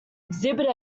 exhibit